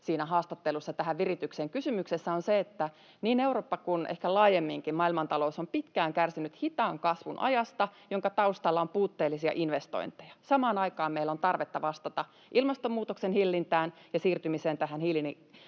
haastattelussa tähän viritykseen. Kysymyksessä on se, että niin Eurooppa kuin ehkä laajemminkin maailmantalous on pitkään kärsinyt hitaan kasvun ajasta, jonka taustalla on puutteellisia investointeja. Samaan aikaan meillä on tarvetta vastata ilmastonmuutoksen hillintään ja siirtymiseen tähän